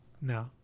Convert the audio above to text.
no